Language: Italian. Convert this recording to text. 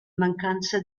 mancanza